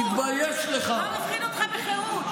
מה מפחיד אותך בחירות?